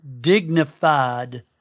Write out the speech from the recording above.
dignified